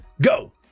Go